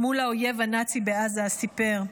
מול האויב הנאצי בעזה, סיפר: